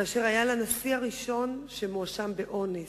כאשר היה לנשיא הראשון שמואשם באונס,